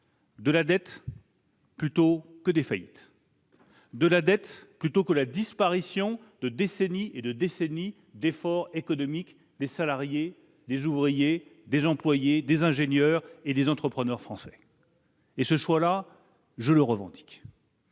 de la dette plutôt que des faillites ; de la dette plutôt que la disparition de décennies entières d'efforts économiques des salariés, des ouvriers, des employés, des ingénieurs et des entrepreneurs français. Ce choix, je le revendique